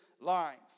life